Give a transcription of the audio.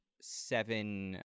seven